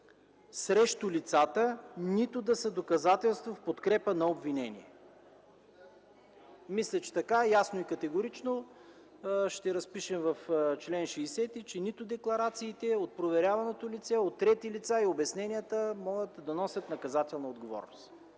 срещу лицата, нито да са доказателство в подкрепа на обвинение.” Мисля, че така ясно и категорично ще разпишем в чл. 60, че декларациите от проверяваното лице, от трети лица и обясненията могат да носят наказателна отговорност.